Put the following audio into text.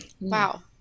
Wow